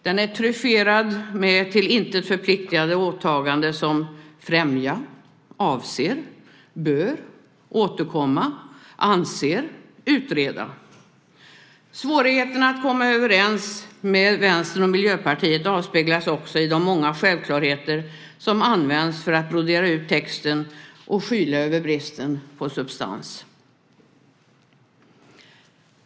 Den är tryfferad med till intet förpliktande åtaganden såsom: främja, avser, bör, återkomma, anser, utreda. Svårigheten att komma överens med Vänstern och Miljöpartiet avspeglas också i de många självklarheter som används för att brodera ut texten och skyla över bristen på substans.